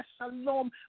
Shalom